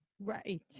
Right